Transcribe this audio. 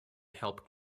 help